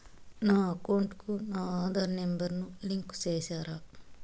నా అకౌంట్ కు నా ఆధార్ నెంబర్ ను లింకు చేసారా